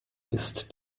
ist